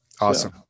Awesome